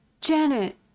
Janet